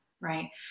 right